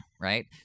Right